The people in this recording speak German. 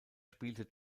spielte